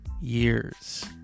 years